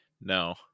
No